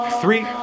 Three